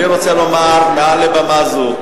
אני רוצה לומר מעל במה זו,